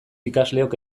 ikasleok